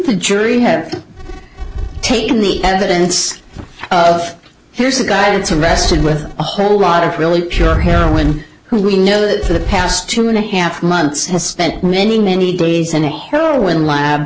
the jury have taken the evidence of here's a guy gets arrested with a whole lot of really pure heroin who we know that for the past two and a half months has spent many many days in a heroin lab